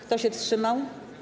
Kto się wstrzymał?